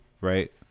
right